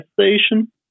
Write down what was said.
station